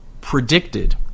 predicted